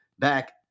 back